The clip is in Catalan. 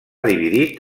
dividit